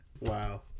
Wow